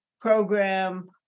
program